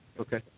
okay